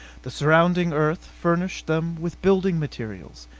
the surrounding earth furnished them with building materials,